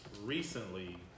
recently